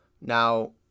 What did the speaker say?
Now